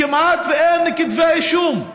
כמעט ואין כתבי אישום.